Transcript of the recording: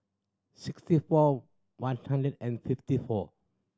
sixty four one hundred and fifty four